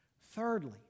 Thirdly